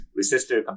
resistor